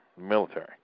military